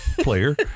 player